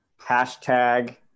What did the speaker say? Hashtag